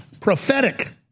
Prophetic